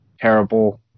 Terrible